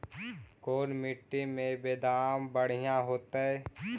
कोन मट्टी में बेदाम बढ़िया होतै?